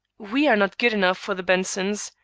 we are not good enough for the bensons.